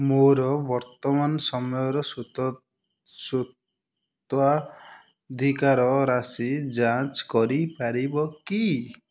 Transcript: ମୋର ବର୍ତ୍ତମାନ ସମୟର ସ୍ୱତ୍ୱ ସ୍ୱତ୍ୱାଧିକାର ରାଶି ଯାଞ୍ଚ୍ କରିପାରିବ କି